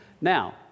Now